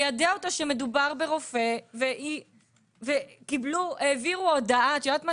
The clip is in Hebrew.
ליידע אותה שמדובר ברופא והעבירו הודעה את יודעת מה?